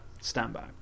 standby